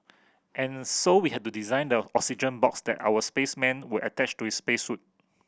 and so we had to design the oxygen box that our spaceman would attach to his space suit